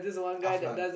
I've none